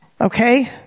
Okay